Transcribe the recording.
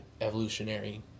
evolutionary